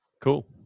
cool